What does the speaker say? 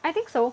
I think so